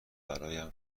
برایم